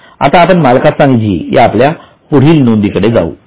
आता आपण मालकाचा निधी या आपल्या पुढच्या नोंदी कडे जाऊ